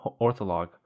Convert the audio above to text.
ortholog